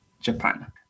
japan